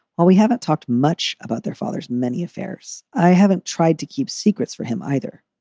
well, we haven't talked much about their fathers, many affairs, i haven't tried to keep secrets for him either.